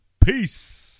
peace